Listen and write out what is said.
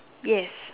yes